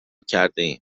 کردهایم